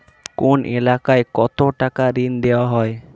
কোন এলাকার জন্য কত টাকা ঋণ দেয়া হয়?